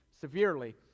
severely